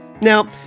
Now